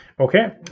Okay